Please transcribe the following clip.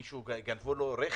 למישהו גנבו רכב.